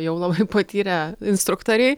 jau labai patyrę instruktoriai